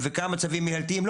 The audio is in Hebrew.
וכמה צווים מנהלתיים?